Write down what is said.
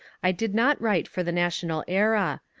i did not write for the national era,